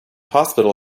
hospital